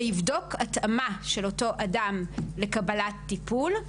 שיבדוק התאמה של אותו אדם לקבלת טיפול,